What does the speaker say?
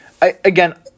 Again